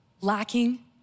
lacking